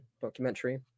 documentary